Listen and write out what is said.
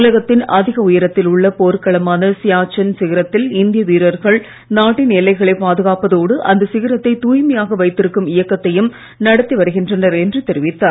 உலகத்தின் அதிக உயரத்தில் உள்ள போர்க்களமான சியாச்சன் சிகரத்தில் இந்திய வீரர்கள் நாட்டின் எல்லைகளை பாதுகாப்பதோடு அந்த சிகரத்தை தூய்மையாக வைத்திருக்கும் இயக்கத்தையும் நடத்தி வருகின்றனர் என்று தெரிவித்தார்